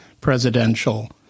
presidential